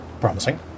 Promising